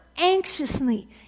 anxiously